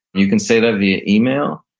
you can say that via email.